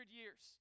years